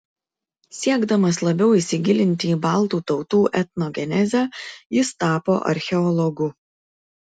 siekdamas labiau įsigilinti į baltų tautų etnogenezę jis tapo archeologu